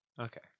Okay